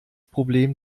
problem